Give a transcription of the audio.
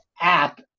app